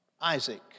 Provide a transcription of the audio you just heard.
Isaac